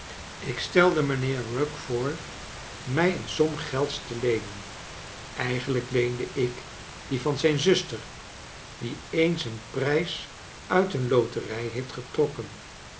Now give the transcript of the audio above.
ik stelde mijnheer eugg voor mij een som gelds te leenen eigenlijk leende ik die van zijn zuster die eens een prijs uit een loterij heeft getrokken